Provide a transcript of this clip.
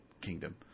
kingdom